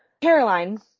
Caroline